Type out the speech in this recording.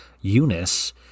Eunice